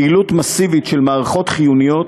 פעילות מסיבית של מערכות חיוניות,